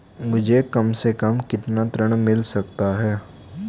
मुझे कम से कम कितना ऋण मिल सकता है?